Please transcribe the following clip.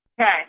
Okay